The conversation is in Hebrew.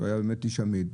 הוא היה איש אמיד,